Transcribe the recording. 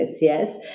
yes